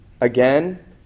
again